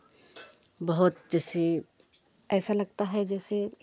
बहुत जैसे ऐसा लगता है जैसे